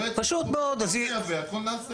לא יהיה ייצור מקומי, הכול נייבא.